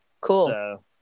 cool